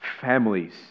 families